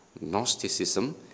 Gnosticism